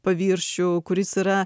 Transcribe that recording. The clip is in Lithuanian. paviršių kuris yra